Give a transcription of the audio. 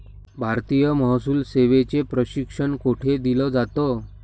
भारतीय महसूल सेवेचे प्रशिक्षण कोठे दिलं जातं?